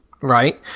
right